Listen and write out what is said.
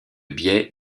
biais